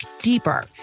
deeper